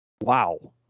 Wow